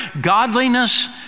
godliness